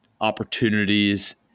opportunities